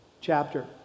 chapter